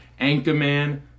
Anchorman